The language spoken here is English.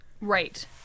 Right